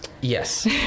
Yes